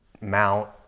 mount